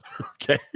Okay